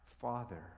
father